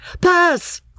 Pass